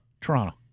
Toronto